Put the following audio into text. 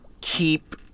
keep